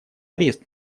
арест